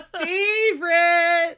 favorite